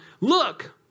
Look